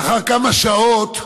לאחר כמה שעות,